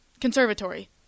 Conservatory